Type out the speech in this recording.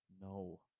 No